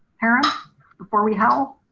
parend before we howl.